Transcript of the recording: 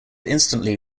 instantly